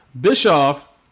Bischoff